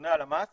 בנתוני הלמ"ס